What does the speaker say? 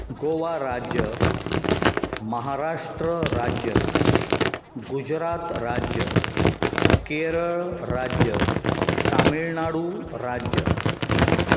गोवा राज्य महाराष्ट्र राज्य गुजरात राज्य केरळ राज्य तामीळनाडू राज्य